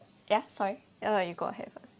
ya sorry you go ahead first